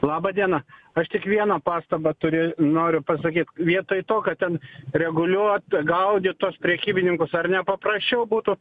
laba diena aš tik vieną pastabą turi noriu pasakyt vietoj to ką ten reguliuot gaudyt tuos prekybininkus ar nepaprasčiau būtų